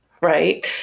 right